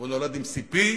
והוא נולד עם CP,